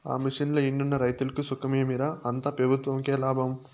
ఆ మిషన్లు ఎన్నున్న రైతులకి సుఖమేమి రా, అంతా పెబుత్వంకే లాభం